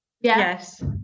Yes